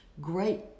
great